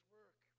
work